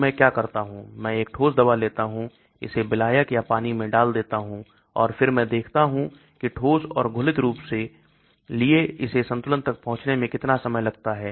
तो मैं क्या करता हूं मैं एक ठोस दवा लेता हूं इसे विलायक या पानी में डाल देता हूं और फिर मैं देखता हूं कि ठोस और घुलित रूप के लिए इसे संतुलन तक पहुंचने में कितना समय लगता है